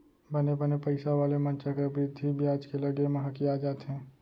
बने बने पइसा वाले मन चक्रबृद्धि बियाज के लगे म हकिया जाथें